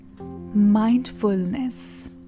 mindfulness